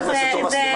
ח"כ תומא סלימאן תודה.